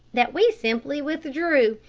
that we simply withdrew.